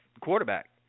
quarterback